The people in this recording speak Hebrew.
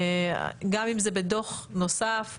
גם אם זה בדו"ח נוסף,